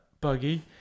buggy